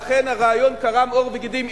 ואכן, הרעיון קרם עור וגידים.